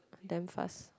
damn fast